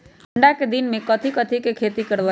ठंडा के दिन में कथी कथी की खेती करवाई?